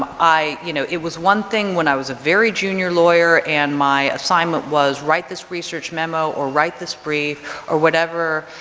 i, you know, it was one thing when i was a very junior lawyer and my assignment was write this research memo or write this brief or whatever.